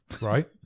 Right